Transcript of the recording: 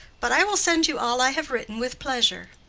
but i will send you all i have written with pleasure.